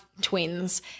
twins